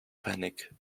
panic